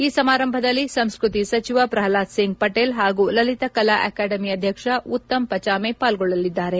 ಈ ಸಮಾರಂಭದಲ್ಲಿ ಸಂಸ್ಕೃತಿ ಸಚಿವ ಪ್ರಹ್ನಾದ್ ಸಿಂಗ್ ಪಟೇಲ್ ಹಾಗೂ ಲಲಿತ ಕಲಾ ಅಕಾಡೆಮಿ ಅಧ್ಯಕ್ಷ ಉತ್ತಮ್ ಪಚಾಮೆ ಪಾರ್ಗೊಳ್ಳಲಿದ್ದಾರೆ